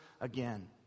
again